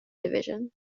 division